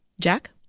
Jack